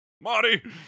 Marty